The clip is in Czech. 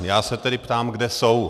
Já se tedy ptám, kde jsou.